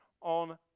on